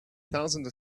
thousands